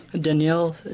Danielle